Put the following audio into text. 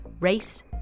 race